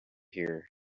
here